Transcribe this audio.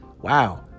Wow